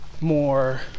More